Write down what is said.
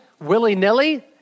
willy-nilly